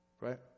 Right